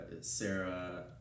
Sarah